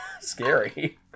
scary